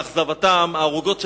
לאכזבתם: הערוגות שלנו,